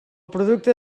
producte